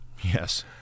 Yes